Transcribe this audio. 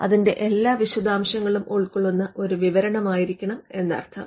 അതിന്റെ എല്ലാ വിശദാംശങ്ങളും ഉൾകൊള്ളുന്ന ഒരു വിവരണമായിരിക്കണം എന്നർത്ഥം